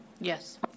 Yes